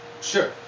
Sure